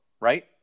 right